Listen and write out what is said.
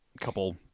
Couple